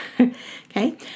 okay